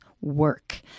work